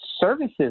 services